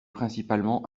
principalement